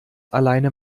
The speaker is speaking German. alleine